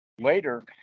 Later